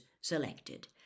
selected